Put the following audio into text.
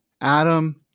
Adam